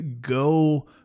go